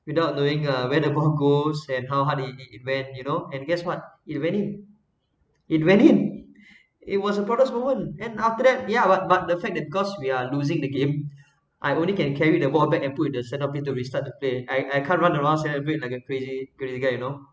without knowing uh where the ball goes and how hard it it it went you know and guess what it went in it went in it was the proudest moment and after that ya but but the fact that of course we are losing the game I only can carry the ball back and put in the centerpieces to restart the play I I can't run around centerpieces like a crazy crazy guy you know